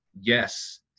yes